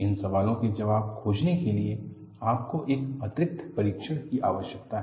इन सवालों के जवाब खोजने के लिए आपको एक अतिरिक्त परीक्षण की आवश्यकता है